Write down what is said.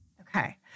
Okay